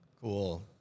Cool